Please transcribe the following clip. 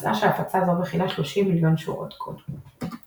מצאה שהפצה זו מכילה 30 מיליון שורות קוד.